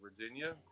virginia